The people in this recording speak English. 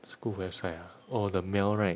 school website ah oh the mail right